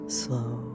slow